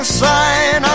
sign